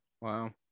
Wow